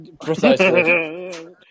Precisely